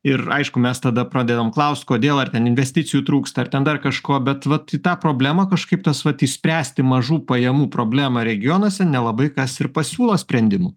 ir aišku mes tada pradedam klaust kodėl ar ten investicijų trūksta ar ten dar kažko bet vat į tą problemą kažkaip tas vat išspręsti mažų pajamų problemą regionuose nelabai kas ir pasiūlo sprendimų